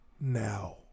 Now